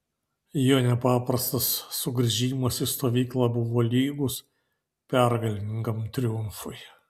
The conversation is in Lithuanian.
jo nepaprastas sugrįžimas į stovyklą buvo lygus pergalingam triumfui